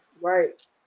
right